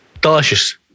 delicious